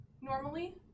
normally